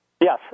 Yes